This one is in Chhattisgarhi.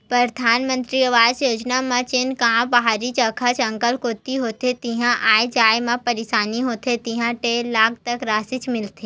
परधानमंतरी आवास योजना म जेन गाँव पहाड़ी जघा, जंगल कोती होथे जिहां आए जाए म परसानी होथे तिहां डेढ़ लाख तक रासि मिलथे